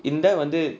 இந்த வந்து:intha vanthu